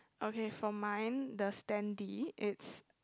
okay for mine the standee it's